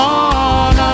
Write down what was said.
on